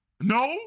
No